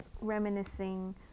reminiscing